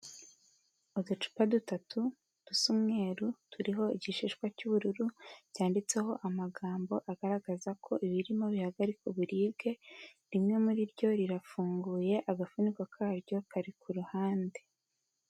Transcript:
Uducupa dutatu dusa umweru turiho igishishwa cy'ubururu cyanditseho amagambo agaragaza ko ibirimo bihagarika uburibwe, rimwe muri ryo rirafunguye agafuniko karyo kari ku ruhande.